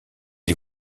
les